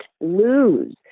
lose